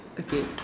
okay